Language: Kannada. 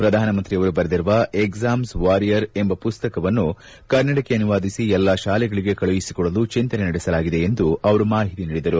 ಪ್ರಧಾನಮಂತ್ರಿಯವರು ಬರೆದಿರುವ ಎಕ್ಲಾಂ ವಾರಿಯರ್ಸ್ ಎಂಬ ಮಸ್ತಕವನ್ನು ಕನ್ನಡಕ್ಕೆ ಅನುವಾದಿಸಿ ಎಲ್ಲಾ ಶಾಲೆಗಳಿಗೆ ಕಳುಹಿಸಿಕೊಡಲು ಚಿಂತನೆ ನಡೆಸಲಾಗಿದೆ ಎಂದು ಅವರು ಮಾಹಿತಿ ನೀಡಿದರು